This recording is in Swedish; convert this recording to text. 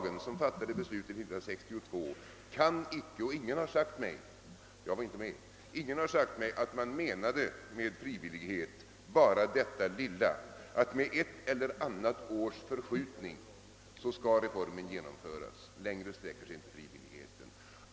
1962, kan icke ha sagt — och ingen har sagt mig det; jag var icke med då — att man med frivillighet menade bara detta lilla, att med ett eller annat års förskjutning skulle reformen genomföras; längre skulle frivilligheten inte sträcka sig.